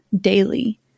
daily